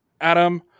Adam